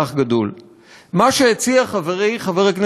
הגיע הזמן להבין שכל הסיפור הזה של הביטוח